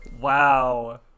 Wow